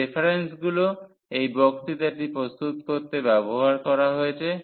এই রেফারন্সগুলি এই বক্তৃতাটি প্রস্তুত করতে ব্যবহৃত হয়েছে